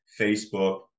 Facebook